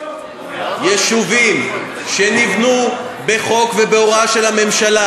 יישובים שנבנו בחוק ובהוראה של הממשלה,